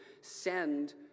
send